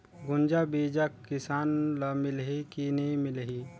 गुनजा बिजा किसान ल मिलही की नी मिलही?